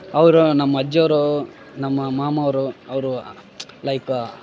ಅವರು ನಮ್ಮ ಅಜ್ಜಿಯವರು ನಮ್ಮ ಮಾಮ ಅವರು ಅವರು ಲೈಕ್